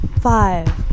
Five